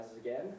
again